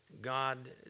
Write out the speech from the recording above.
God